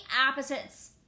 opposites